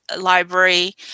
Library